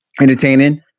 entertaining